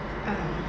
(uh huh)